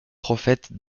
prophète